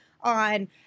on